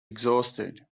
exhausted